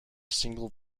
single